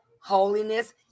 Holiness